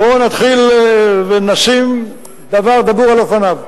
בוא נתחיל ונשים דבר דבור על אופניו.